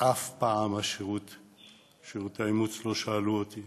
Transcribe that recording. ואף פעם שירותי האימוץ לא שאלו אותי,